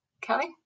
Kelly